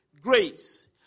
grace